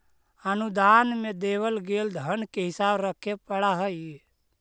अनुदान में देवल गेल धन के हिसाब रखे पड़ा हई